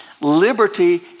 liberty